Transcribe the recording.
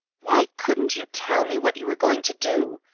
why couldn't you tell me what you were going to do?